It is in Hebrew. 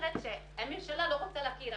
אומרת שהממשלה לא רוצה להכיר,